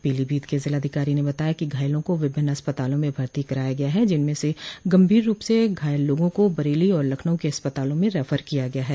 पीलीभीत के जिलाधिकारी ने बताया कि घायलों को विभिन्न अस्पतालों में भर्ती कराया गया है जिनमें से गम्भीर रूप से घायल लोगों को बरेली और लखनऊ के अस्पतालों में रिफर किया गया है